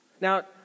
Now